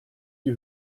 die